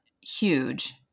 huge